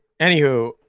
anywho